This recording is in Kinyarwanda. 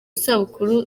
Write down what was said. isabukuru